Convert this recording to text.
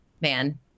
man